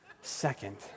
second